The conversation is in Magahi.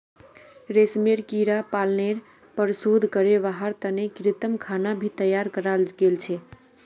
रेशमेर कीड़ा पालनेर पर शोध करे वहार तने कृत्रिम खाना भी तैयार कराल गेल छे